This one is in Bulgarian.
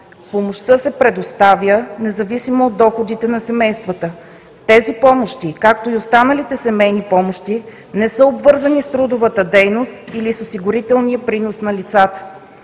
Помощта се предоставя независимо от доходите на семействата. Тези помощи, както и останалите семейни помощи, не са обвързани с трудовата дейност или с осигурителния принос на лицата.